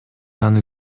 аны